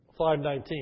5.19